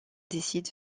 décide